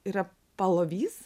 yra palovys